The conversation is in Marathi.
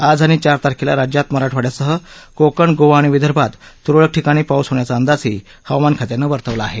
आज आणि चार तारखेला राज्यात मराठवाड़यासह कोकण गोवा आणि विदर्भात त्रळक ठिकाणी पाऊस होण्याचा अंदाजही हवामान खात्यानं वर्तवला आहे